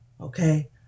Okay